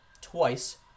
twice